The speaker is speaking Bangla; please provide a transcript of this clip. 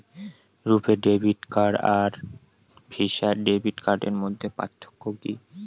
রূপে ডেবিট কার্ড আর ভিসা ডেবিট কার্ডের মধ্যে পার্থক্য কি?